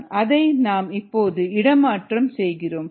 k1ES k2ES k3ES இதை நாம் இப்போது இடமாற்றம் செய்கிறோம்